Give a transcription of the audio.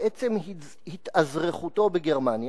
בעצם התאזרחותו בגרמניה,